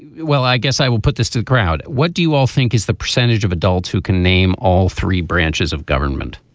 well i guess i will put this to the crowd. what do you all think is the percentage of adults who can name all three branches of government